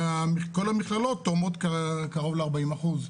וכל המכללות תורמות קרוב ל-40%.